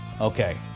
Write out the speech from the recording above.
Okay